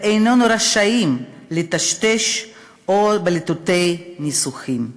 ואיננו רשאים, לטשטש עוד בלהטוטי ניסוחים.